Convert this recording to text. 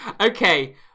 Okay